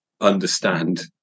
understand